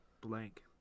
Blank